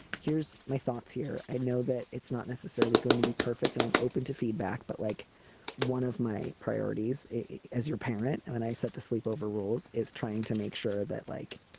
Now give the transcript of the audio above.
here's my thoughts here. i know that it's not necessarily going to be perfect and i'm open to feedback. but like one of my priorities as your parent and i set the sleep over rules is trying to make sure that like